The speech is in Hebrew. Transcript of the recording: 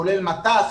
כולל מט"ש,